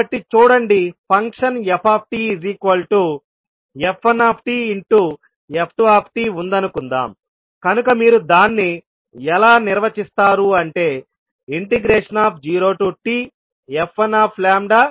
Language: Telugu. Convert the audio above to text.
కాబట్టి చూడండి ఫంక్షన్ ftf1tf2t ఉందనుకుందాంకనుక మీరు దాన్ని ఎలా నిర్వచిస్తారు అంటే 0tf1f2t λdλ